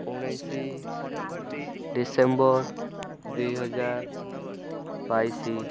ଉଣେଇଶ ଡିସେମ୍ବର ଦୁଇହଜାର ବାଇଶ